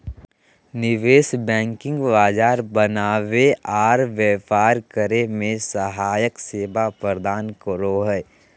निवेश बैंकिंग बाजार बनावे आर व्यापार करे मे सहायक सेवा प्रदान करो हय